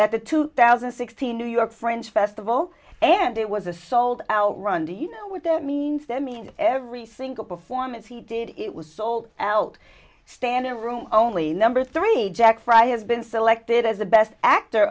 at the two thousand and sixteen new york fringe festival and it was a sold out run do you know what that means that means every single performance he did it was sold out standing room only number three jack fry have been selected as the best actor